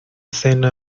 cena